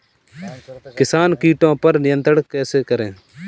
किसान कीटो पर नियंत्रण कैसे करें?